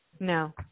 No